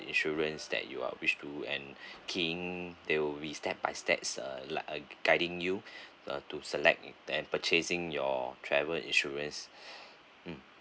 insurance that you are wish to and key in there will be step by step uh like guiding you uh to select then purchasing your travel insurance mm